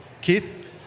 Keith